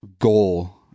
goal